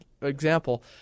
Example